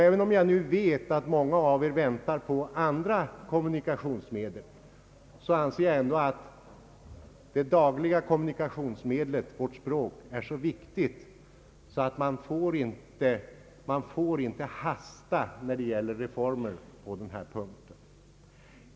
Även om jag vet att många av er väntar på andra kommunikationsmedel, anser jag att det dagliga kommunikationsmedlet, vårt språk, är så viktigt att man inte får hasta när det gäller reformer på den här punkten.